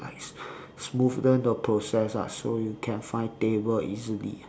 like smoothen the process ah so you can find table easily